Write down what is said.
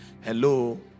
Hello